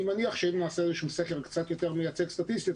אני מניח שאם נעשה סקר קצת יותר מייצג סטטיסטית